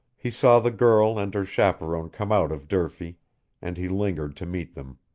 he saw the girl and her chaperon come out of durfee and he lingered to meet them.